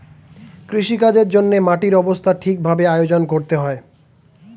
কৃষিকাজের জন্যে মাটির অবস্থা ঠিক ভাবে আয়োজন করতে হয়